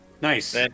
Nice